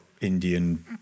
Indian